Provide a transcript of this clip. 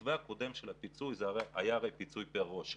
במתווה הקודם שזה היה פיצוי לפי כל ילד וילד.